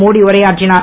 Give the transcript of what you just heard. மோடி உரையாற்றினார்